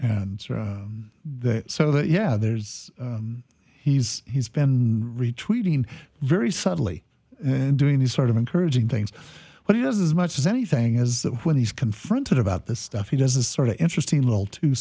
and so that yeah there's he's he's been retreating very suddenly and doing these sort of encouraging things what he does as much as anything is that when he's confronted about this stuff he does a sort of interesting little two